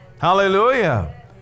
Hallelujah